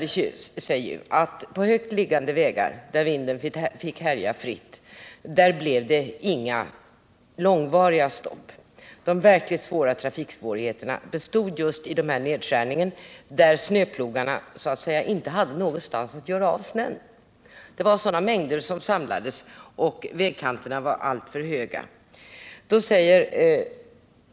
Det har visat sig att det på högt liggande vägar, där vinden får härja fritt, inte blivit några långvariga stopp, utan att de verkligt stora trafiksvårigheterna uppstått just i de nedskärningar där snöplogarna så att säga inte haft någonstans att göra av snön därför att det varit så stora snömängder som samlats och vägkanterna varit alltför höga.